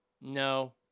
no